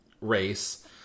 race